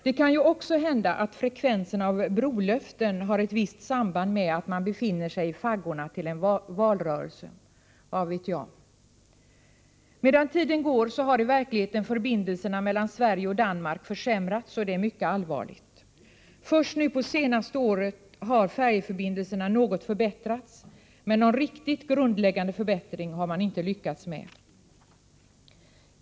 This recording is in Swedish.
Det kan ju också hända att frekvensen av brolöften har ett visst samband med att man befinner sig i faggorna till en valrörelse. Vad vet jag? Medan tiden går har i verkligheten förbindelserna mellan Sverige och Danmark försämrats, och det är mycket allvarligt. Först nu på senaste året har färjeförbindelserna något förbättrats, men någon riktigt grundläggande förbättring har man inte lyckats med.